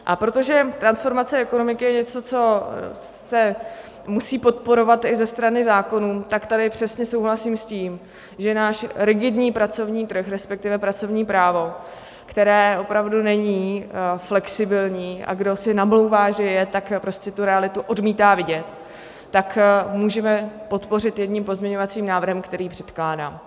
A protože transformace ekonomiky je něco, co se musí podporovat i ze strany zákonů, tak tady přesně souhlasím s tím, že náš rigidní pracovní trh, respektive pracovní právo, které opravdu není flexibilní a kdo si namlouvá, že je, tak prostě tu realitu odmítá vidět můžeme podpořit jedním pozměňovacím návrhem, který předkládám.